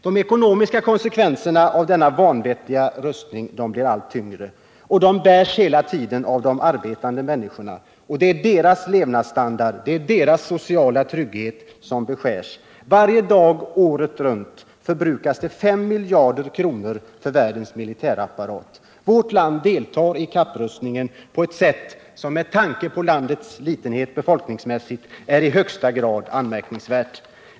De ekonomiska konsekvenserna av denna vanvettiga rustning blir allt värre. De bärs hela tiden av de arbetande människorna. Det är deras levnadsstandard och deras sociala trygghet som beskärs. Varje dag året runt förbrukas fem miljarder kronor för världens militärapparat. Vårt land deltar i kapprustningen på ett sätt som, med tanke på landets litenhet befolkningsmässigt, är i högsta grad anmärkningsvärt.